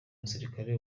musirikare